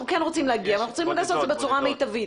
אנחנו כן רוצים להגיע ואנחנו רוצים לעשות את זה בצורה המיטבית.